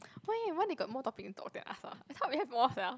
why why they got more topic to talk than us ah I thought we have more sia